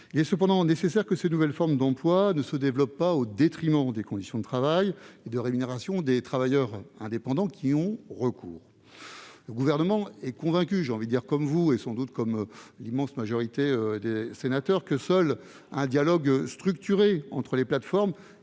Il est cependant nécessaire que ces nouvelles formes d'emploi ne se développent pas au détriment des conditions de travail et de rémunération des travailleurs indépendants qui y ont recours. Le Gouvernement est convaincu, comme vous, ... Moins que nous !... et sans doute comme l'immense majorité des sénateurs, que seul un dialogue structuré entre les plateformes